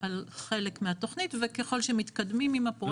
על חלק מהתכנית וככל שמתקדמים עם הפרויקט.